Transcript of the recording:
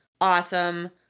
awesome